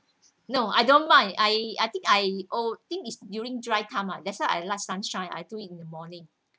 no I don't mind I I think I old think it's during dry time ah that's why I like sunshine I do in the morning